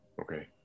Okay